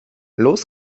los